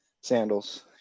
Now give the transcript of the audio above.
sandals